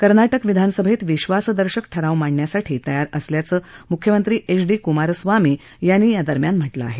कर्नाटक विधानसभेत विश्वासदर्शक ठराव मांडण्यासाठी तयार असल्याचं मुख्यमंत्री एच डी कुमारस्वामी यांनी म्हटलं आहे